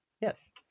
yes